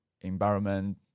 environment